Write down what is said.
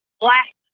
black